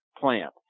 plant